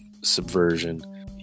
subversion